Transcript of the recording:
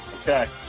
Okay